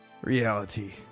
reality